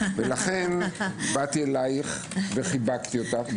לכן באתי אליך וחיבקתי אותך.